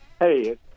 Hey